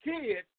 kids